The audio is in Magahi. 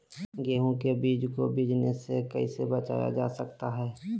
गेंहू के बीज को बिझने से कैसे बचाया जा सकता है?